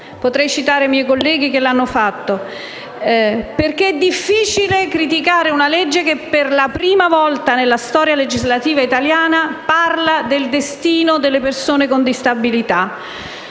potrei citare i colleghi che l'hanno fatto). Infatti, è difficile criticare un disegno di legge che per la prima volta nella storia legislativa italiana parla del destino delle persone con disabilità.